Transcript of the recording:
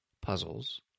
puzzles